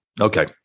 okay